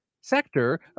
sector